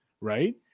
right